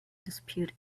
dispute